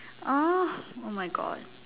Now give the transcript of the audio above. uh oh my god